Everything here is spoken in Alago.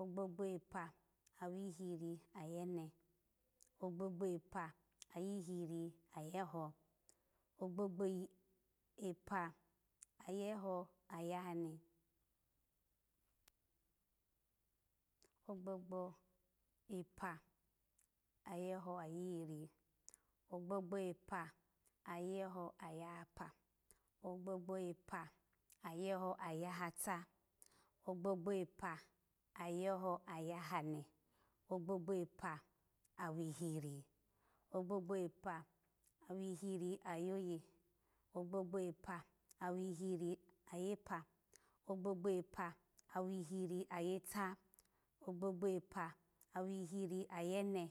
ogbogbo epa awihiri ayene, ogbogbo epa awihiri ayeho ogbogbo epa ayeho ayahane, ogbogbo epa aheho ayihiri, ogbogbo epa ayeho ayahapa, ogbogbo epa ayeho ayahata, ogbogbo epa ayeho ayahane, ogbogbo epa awihiri, ogbogbo epa awihiri aye pa, ogbogbo epa awihiri ayeta, ogbogbo epa awihiri ayene.